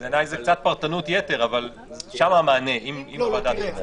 זו קצת פרטנות יתר, אבל שם המענה, אם הוועדה תרצה.